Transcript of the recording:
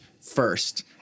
first